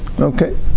Okay